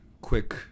quick